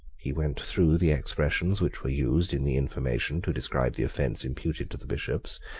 he went through the expressions which were used in the information to describe the offence imputed to the bishops,